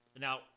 Now